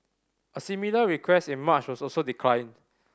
a similar request in March was also declined